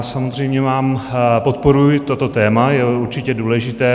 Samozřejmě mám podporuji toto téma, je určitě důležité.